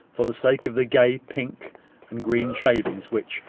for the sake of the gay pink and green shavings which,